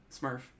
Smurf